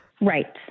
Right